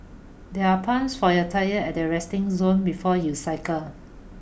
there are pumps for your tyres at the resting zone before you cycle